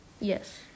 yes